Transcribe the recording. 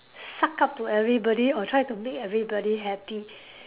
suck up to everybody or try to make everybody happy